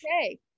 okay